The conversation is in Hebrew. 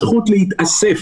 הזכות להתאסף,